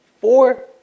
Four